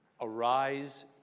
Arise